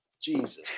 Jesus